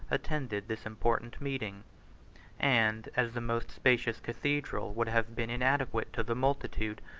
attended this important meeting and, as the most spacious cathedral would have been inadequate to the multitude,